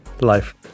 life